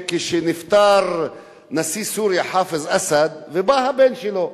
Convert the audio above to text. כשנפטר נשיא סוריה חאפז אסד ובא הבן שלו,